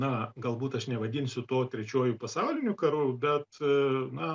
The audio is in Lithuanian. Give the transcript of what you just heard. na galbūt aš nevadinsiu to trečiuoju pasauliniu karu bet na